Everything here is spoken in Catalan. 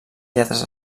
lletres